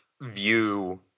view